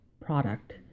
product